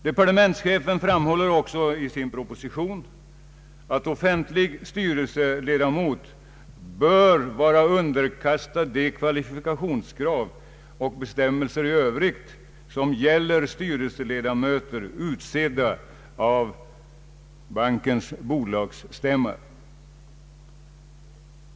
Departementschefen framhåller också i sin proposition, att offentlig styrelseledamot bör vara underkastad de kvalifikationskrav och bestämmelser i övrigt som gäller styrelseledamöter utsedda av bankens bolagsstämma.